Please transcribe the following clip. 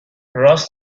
راس